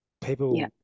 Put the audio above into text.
people